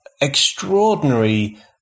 extraordinary